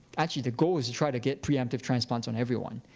actually, the goal is to try to get preemptive transplants on everyone.